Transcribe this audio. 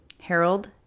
Harold